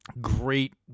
Great